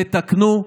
תתקנו,